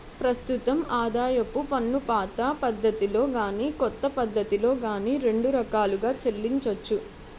ప్రస్తుతం ఆదాయపు పన్నుపాత పద్ధతిలో గాని కొత్త పద్ధతిలో గాని రెండు రకాలుగా చెల్లించొచ్చు